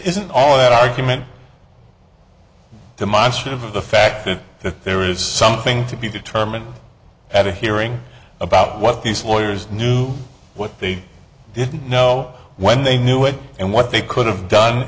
isn't all that argument demonstrative of the fact that there is something to be determined at a hearing about what these lawyers knew what they didn't know when they knew it and what they could have done